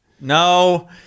no